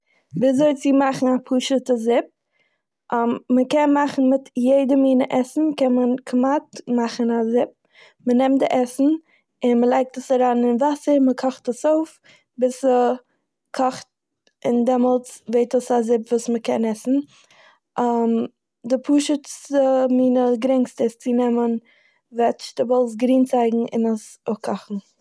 וויזוי צו מאכן א פשוטע זופ. מ'קען מאכן מיט יעדע מינע עסן קען מען כמעט מאכן א זופ. מ'נעמט די עסן און מ'לייגט עס אריין אין וואסער, מ'קאכט עס אויף ביז ס'קאכט און דעמאלטס ווערט עס א זופ וואס מ'קען עסן. די פשוטסטע מינע- גרינגסטע איז צו נעמען וועדזשטעבלס- גרינצייגן און עס אפקאכן.